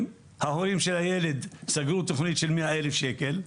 ההורים של הילד סגרו תוכנית של 100,000 שקל,